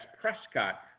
Prescott